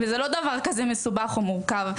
וזה לא דבר כזה מסובך או מורכב.